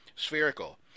spherical